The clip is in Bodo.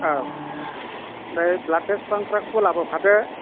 औ बे ब्लाड टेस्ट खालामग्राखौबो लाबोफादो